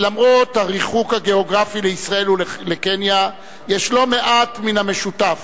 למרות הריחוק הגיאוגרפי יש לישראל ולקניה לא מעט מן המשותף,